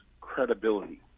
credibility